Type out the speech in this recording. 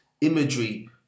imagery